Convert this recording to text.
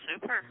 Super